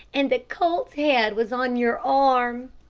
and the colt's head was on your arm.